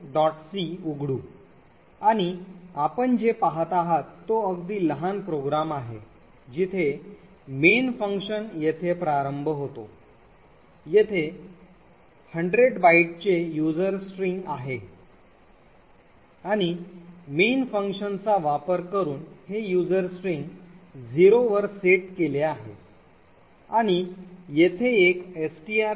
c उघडू आणि आपण जे पाहत आहात तो अगदी लहान प्रोग्राम आहे जिथे main येथे प्रारंभ होतो येथे 100 बाईटचे user string आहे आणि main फंक्शनचा वापर करून हे user string 0 वर सेट केले आहे आणि येथे एक strcpy आहे